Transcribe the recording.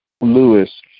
lewis